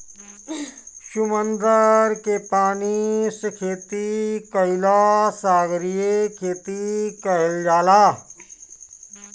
समुंदर के पानी से खेती कईला के सागरीय खेती कहल जाला